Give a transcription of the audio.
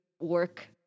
work